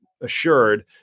assured